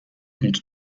und